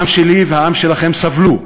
העם שלי והעם שלכם סבלו.